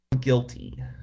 guilty